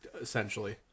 essentially